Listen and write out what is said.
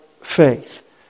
faith